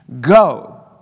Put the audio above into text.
Go